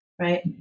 Right